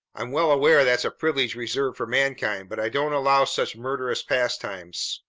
i'm well aware that's a privilege reserved for mankind, but i don't allow such murderous pastimes.